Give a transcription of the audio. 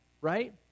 right